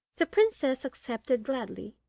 the princess accepted gladly,